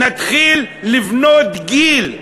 נתחיל לבנות גיל,